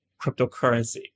cryptocurrency